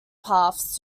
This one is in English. paths